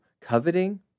coveting